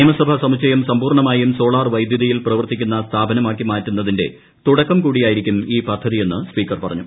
നിയമസഭ സമുച്ചയം സമ്പൂർണ്ണമായും സോളാർവൈദ്യുതിയിൽ പ്രവർത്തിക്കുന്ന സ്ഥാപനമാക്കി മാറ്റുന്നതിന്റെ തുടക്കം കൂടിയായിരിക്കും ഈ പദ്ധതിയെന്ന് സ്പീക്കർ പറഞ്ഞു